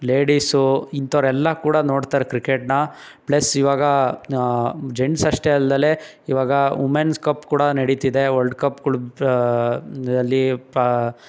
ladies ಇಂಥೋರೆಲ್ಲಾ ಕೂಡ ನೋಡ್ತಾರೆ ಕ್ರಿಕೆಟನ್ನ ಪ್ಲಸ್ ಇವಾಗ ಜೆಂಟ್ಸ್ ಅಷ್ಟೇ ಅಲ್ದಲೇ ಈಗ ವುಮೆನ್ಸ್ ಕಪ್ ಕೂಡ ನಡಿತಿದೆ ವರ್ಲ್ಡ್ ಕಪ್ ದಲ್ಲಿ